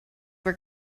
were